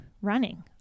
running